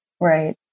Right